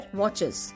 watches